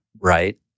right